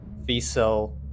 V-Cell